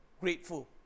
grateful